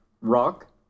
rock